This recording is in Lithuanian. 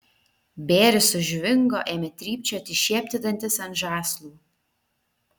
bėris sužvingo ėmė trypčioti šiepti dantis ant žąslų